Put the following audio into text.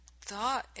thought